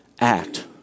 act